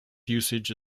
usage